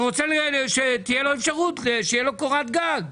שרוצה שתהיה לו אפשרות שתהיה לו קורת גג.